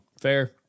fair